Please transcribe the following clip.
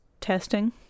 testing